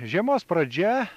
žiemos pradžia